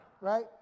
Right